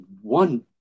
one